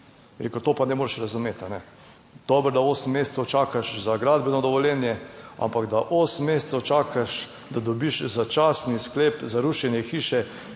to pa ne moreš razumeti. Dobro, da osem mesecev čakaš za gradbeno dovoljenje, ampak da osem mesecev čakaš, da dobiš začasni sklep za rušenje hiše,